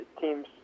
teams